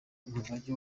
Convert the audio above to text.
umurage